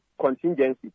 contingency